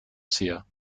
sehr